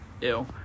Ew